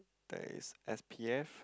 there is S_P_F